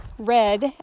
red